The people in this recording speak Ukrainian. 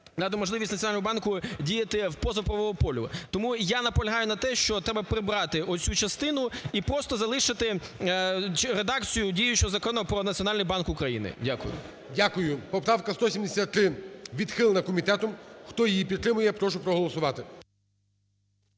можливість Національному банку діяти поза правового поля. Тому я наполягаю на тому, що треба прибрати оцю частину і просто залишити редакцію діючого Закону "Про національний банк України". Дякую. ГОЛОВУЮЧИЙ. Дякую. Поправка 173 відхилена комітетом. Хто її підтримує, прошу проголосувати.